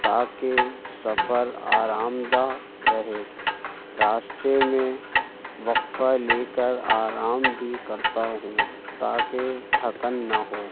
تاکہ سفر آرام دہ رہے راستے میں وقفہ لے کر آرام بھی کرتا ہوں تاکہ تھکن نہ ہو